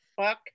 Fuck